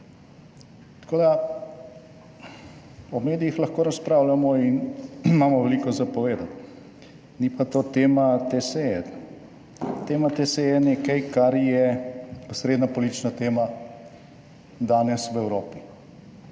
Tako da o medijih lahko razpravljamo in imamo veliko za povedati, ni pa to tema te seje. Tema te seje je nekaj, kar je osrednja politična tema danes v Evropi